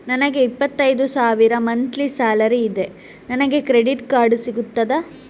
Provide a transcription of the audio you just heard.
ನನಗೆ ಇಪ್ಪತ್ತೈದು ಸಾವಿರ ಮಂತ್ಲಿ ಸಾಲರಿ ಇದೆ, ನನಗೆ ಕ್ರೆಡಿಟ್ ಕಾರ್ಡ್ ಸಿಗುತ್ತದಾ?